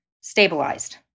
stabilized